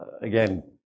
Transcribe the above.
Again